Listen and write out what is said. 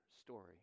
story